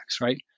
right